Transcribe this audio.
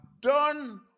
done